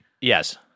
Yes